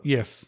Yes